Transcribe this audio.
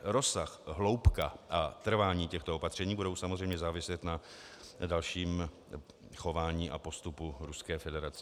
Rozsah, hloubka a trvání těchto opatření budou samozřejmě záviset na dalším chování a postupu Ruské federace.